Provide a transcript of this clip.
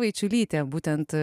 vaičiulytė būtent